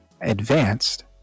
advanced